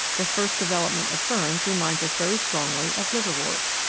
the first development of ferns reminds us very strongly of liverworts.